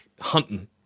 hunting